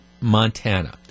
Montana